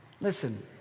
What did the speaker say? Listen